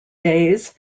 days